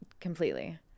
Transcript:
completely